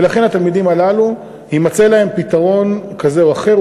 ולכן, התלמידים הללו, יימצא להם פתרון כזה או אחר.